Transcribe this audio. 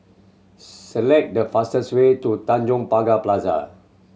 select the fastest way to Tanjong Pagar Plaza